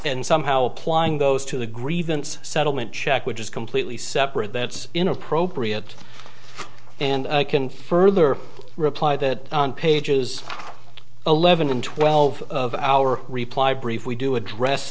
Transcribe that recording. and somehow applying those to the grievance settlement check which is completely separate that's inappropriate and can further reply that pages eleven and twelve our reply brief we do address